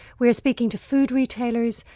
we're speaking to food retailers,